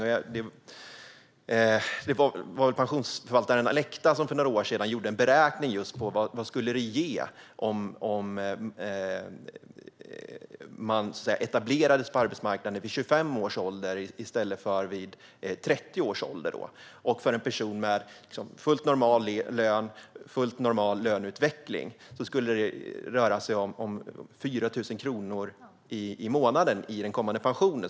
För några år sedan gjorde pensionsförvaltaren Alecta en beräkning på just vad det skulle ge att etablera sig på arbetsmarknaden vid 25 års ålder i stället för 30 års ålder. För en person med fullt normal lön och normal löneutveckling skulle det röra sig om 4 000 kronor mer i månaden i den kommande pensionen.